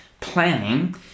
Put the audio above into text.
planning